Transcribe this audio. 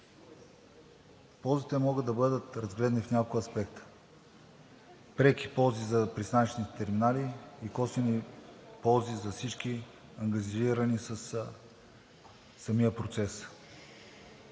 Ползите могат да бъдат разгледани в няколко аспекта – преки ползи за пристанищните терминали и косвени ползи за всички ангажирани със самия процес.